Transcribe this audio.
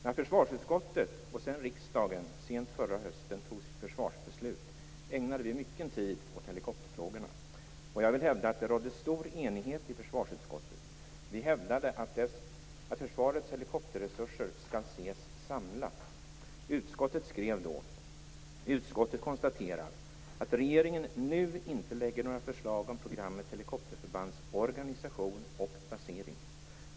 När försvarsutskottet och sedan riksdagen sent förra hösten tog sitt försvarsbeslut ägnade vi mycken tid åt helikopterfrågorna. Jag vill hävda att det rådde stor enighet i försvarsutskottet. Vi hävdade att försvarets helikopterresurser skall ses samlat. Utskottet skrev då: "Utskottet konstaterar att regeringen nu inte lägger några förslag om programmet Helikopterförbands organisation och basering.